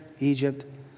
Egypt